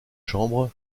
chambre